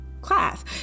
class